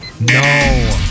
No